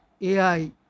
AI